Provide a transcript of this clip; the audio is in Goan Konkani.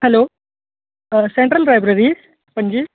hello central library Panaji